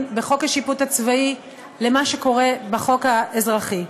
בחוק השיפוט הצבאי למה שקורה בחוק האזרחי.